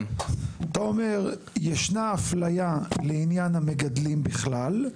אתה אומר ישנה אפליה לעניין המגדלים בכלל,